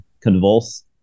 Convulse